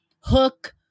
hook